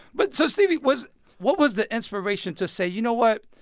but so, stevie, was what was the inspiration to say, you know what,